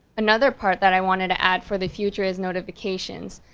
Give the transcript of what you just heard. another part that i wanted to add for the future is notifications.